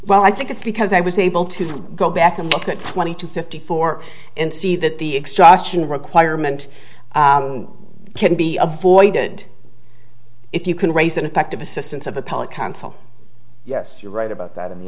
well i think it's because i was able to go back and look at twenty two fifty four and see that the extraction requirement can be avoided if you can raise that effective assistance of appellate counsel yes you're right about that in the